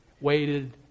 waited